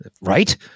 Right